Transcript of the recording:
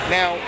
Now